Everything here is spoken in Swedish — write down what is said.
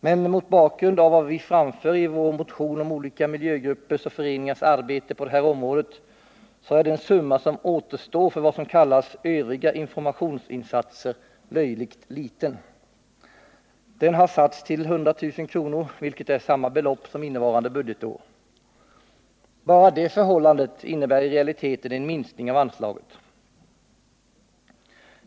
Men mot bakgrund av vad vi framfört i vår motion om olika miljögruppers och föreningars arbete på det här området, är den summa som återstår för vad som kallas övriga informationsinsatser löjligt liten. Den har satts till 100 000 kr. vilket är samma belopp som innevarande budgetår. Bara det förhållandet innebär i realiteten en minskning av anslaget.